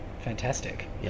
Fantastic